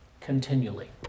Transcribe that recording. continually